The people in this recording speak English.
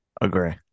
Agree